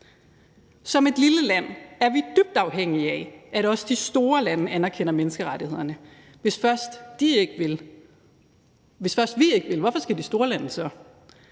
Som et lille land er vi dybt afhængige af, at også de store lande anerkender menneskerettighederne. Hvis først vi ikke vil, hvorfor skal de store lande så?